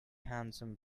handsome